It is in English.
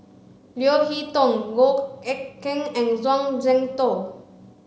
Leo Hee Tong Goh Eck Kheng and Zhuang Shengtao